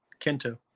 Kento